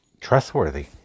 trustworthy